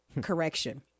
correction